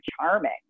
charming